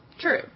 True